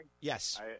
Yes